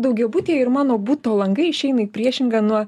daugiabuty ir mano buto langai išeina į priešingą nuo